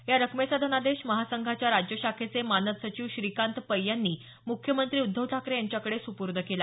या रकमेचा धनादेश महासंघाच्या राज्य शाखेचे मानद सचिव श्रीकांत पै यांनी मुख्यमंत्री उद्धव ठाकरे यांच्याकडे सुपूर्द केला